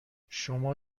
شما